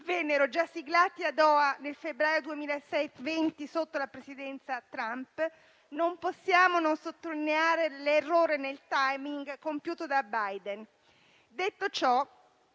vennero già siglati a Doha nel febbraio 2020 sotto la presidenza Trump - non possiamo non sottolineare l'errore nel *timing* compiuto da Biden. Detto ciò,